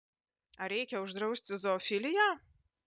ar reikia uždrausti zoofiliją